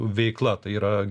veikla tai yra